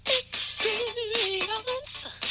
experience